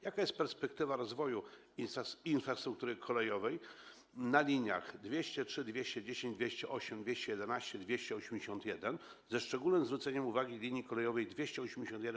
Jaka jest perspektywa rozwoju infrastruktury kolejowej na liniach nr 203, 210, 208, 211, 281, ze szczególnym zwróceniem uwagi na linię kolejową nr 281